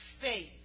faith